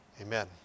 Amen